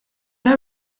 were